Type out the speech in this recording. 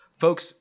Folks